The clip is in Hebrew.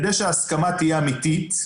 כדי שהסכמה תהיה אמיתית,